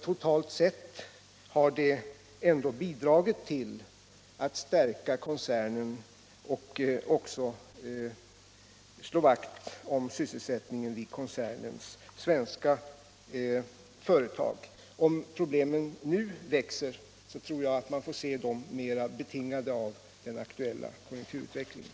Totalt sett har det ändå bidragit till att stärka koncernen och även till att slå vakt om sysselsättningen vid koncernens svenska företag. Om problemen nu växer tror jag att man får se dem som mera betingade av den aktuella konjunkturutvecklingen.